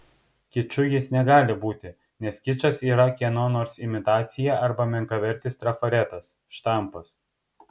kiču jis negali būti nes kičas yra kieno nors imitacija arba menkavertis trafaretas štampas